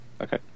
Okay